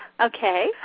Okay